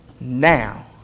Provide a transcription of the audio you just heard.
now